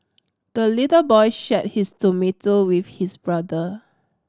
the little boy shared his tomato with his brother